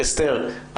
אסתר,